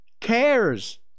cares